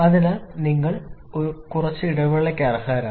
അതിനാൽ നിങ്ങൾ കുറച്ച് ഇടവേളയ്ക്ക് അർഹരാണ്